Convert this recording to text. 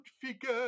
figure